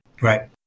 Right